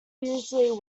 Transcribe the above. usually